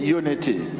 unity